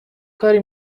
کاری